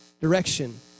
direction